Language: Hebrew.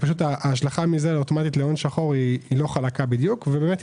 ההשלכה מזה אוטומטית להון שחור לא חלקה בדיוק ויש